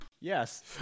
Yes